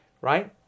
right